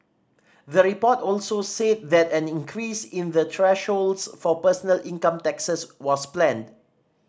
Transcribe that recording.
the report also said that an increase in the thresholds for personal income taxes was planned